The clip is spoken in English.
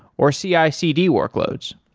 or cicd workloads